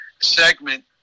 segment